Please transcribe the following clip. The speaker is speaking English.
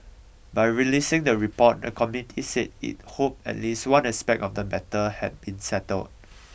by releasing the report the committee said it hoped at least one aspect of the matter had been settled